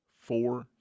four